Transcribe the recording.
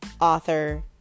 author